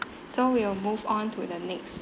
so we'll move on to the next